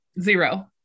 Zero